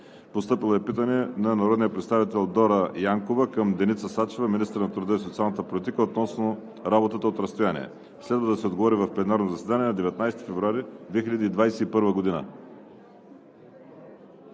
2021 г. от: – народния представител Дора Янкова към Деница Сачева – министър на труда и социалната политика, относно работата от разстояние. Следва да се отговори в пленарното заседание на 19 февруари 2021 г.